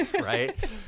Right